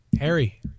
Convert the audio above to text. Harry